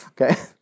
Okay